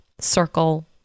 circle